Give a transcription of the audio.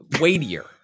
weightier